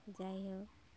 যাই হোক